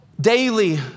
daily